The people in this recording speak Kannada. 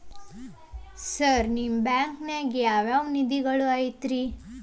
ಸರ್ ನಿಮ್ಮ ಬ್ಯಾಂಕನಾಗ ಯಾವ್ ಯಾವ ನಿಧಿಗಳು ಐತ್ರಿ?